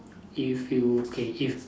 if you okay if